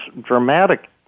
dramatic